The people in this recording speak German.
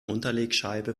unterlegscheibe